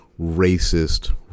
racist